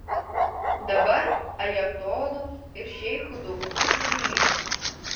dabar ajatolų ir šeichų dauguma sugrįžo